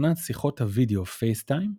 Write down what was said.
תוכנת שיחות הווידאו FaceTime,